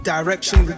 Direction